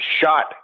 shot